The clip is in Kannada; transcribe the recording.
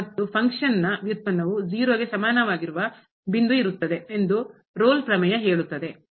ಮತ್ತು ಫಂಕ್ಷನ್ನ ಕಾರ್ಯದ ವ್ಯುತ್ಪನ್ನವು 0ಗೆ ಸಮನಾಗಿರುವ ಬಿಂದು ಇರುತ್ತದೆ ಎಂದು ರೋಲ್ ಪ್ರಮೇಯ ಹೇಳುತ್ತದೆ